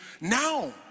now